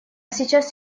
сейчас